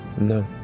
No